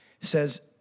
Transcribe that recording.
says